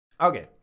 okay